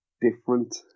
different